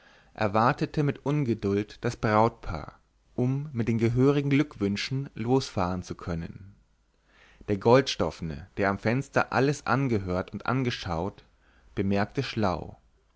erwartete mit ungeduld das brautpaar um mit den gehörigen glückwünschen losfahren zu können der goldstoffne der am fenster alles angehört und angeschaut bemerkte schlau